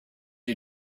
you